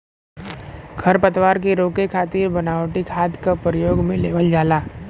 खरपतवार के रोके खातिर बनावटी खाद क परयोग में लेवल जाला